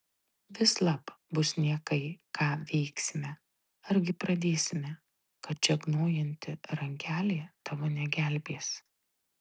vislab bus niekai ką veiksime argi pradėsime kad žegnojanti rankelė tavo negelbės